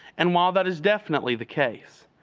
and while that is definitely the case,